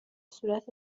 صورتت